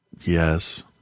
yes